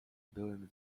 byłem